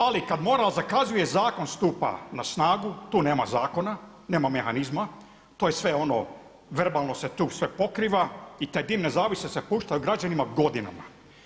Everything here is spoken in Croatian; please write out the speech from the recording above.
Ali kada moral zakazuje zakon stupa na snagu, tu nema zakona, nema mehanizma, to je sve ono verbalno se tu sve pokriva i te dimne zavjese se puštaju građanima godinama.